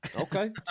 Okay